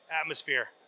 atmosphere